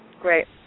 Great